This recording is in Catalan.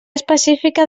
específica